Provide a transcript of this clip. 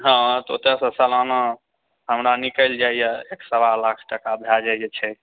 हँ तऽ ओतयसँ सालाना हमरा निकैल जाइए एक सवा लाख टका भए जाइ छै